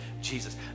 Jesus